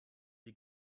die